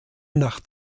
nach